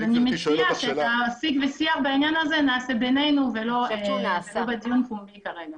אני מציעה שאת השיג ושיח בעניין הזה נעשה בינינו ולא בדיון כרגע.